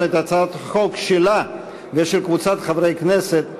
את הצעת החוק שלה ושל קבוצת חברי הכנסת,